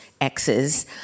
exes